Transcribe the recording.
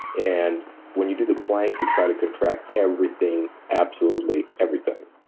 and when you do the plank, you try to contract everything. absolutely everything.